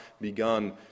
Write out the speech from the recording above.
begun